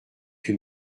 que